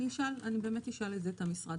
ואני אשאל את זה את המשרד.